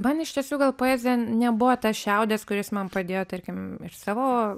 man iš tiesų gal poezija nebuvo tas šiaudas kuris man padėjo tarkim iš savo